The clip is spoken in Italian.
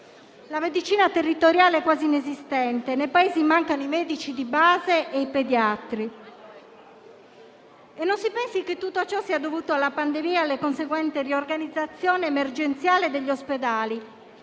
La medicina territoriale è quasi inesistente; nei paesi mancano i medici di base e i pediatri. E non si pensi che tutto ciò sia dovuto alla pandemia e alla conseguente riorganizzazione emergenziale degli ospedali: